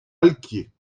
alquier